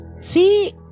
See